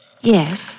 Yes